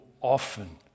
often